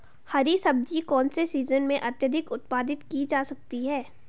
हरी सब्जी कौन से सीजन में अत्यधिक उत्पादित की जा सकती है?